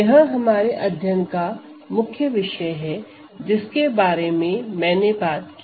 यह हमारे अध्ययन का मुख्य विषय है जिसके बारे में मैंने बात की थी